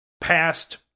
past